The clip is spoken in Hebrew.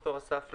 דוקטור אסף לוי,